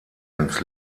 ins